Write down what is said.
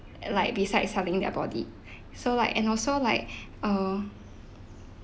and like beside selling their body so like and also like err